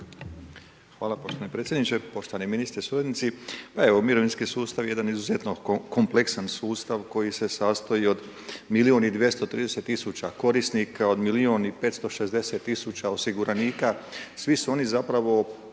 Hvala poštovani predsjedniče, poštovani ministre, suradnici. Pa evo mirovinski sustav jedan izuzetno kompleksan sustav koji se sastoji od milijun i 230 000 korisnika od milijun 560 000 osiguranika, svi su oni zapravo